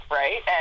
right